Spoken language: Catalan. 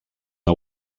una